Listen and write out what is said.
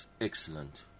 Excellent